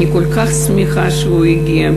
אני כל כך שמחה שהוא הגיע.